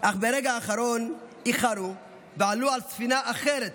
אך ברגע האחרון איחרו ועלו על ספינה אחרת